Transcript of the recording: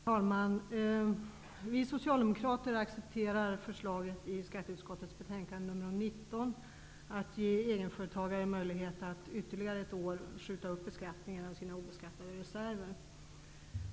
Herr talman! Vi socialdemokrater accepterar förslaget i skatteutskottets betänkande nr 19, att ge egenföretagare möjlighet att ytterligare ett år skjuta upp beskattningen av sina obeskattade reserver.